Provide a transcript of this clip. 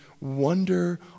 wonder